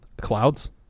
clouds